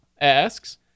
asks